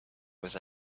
was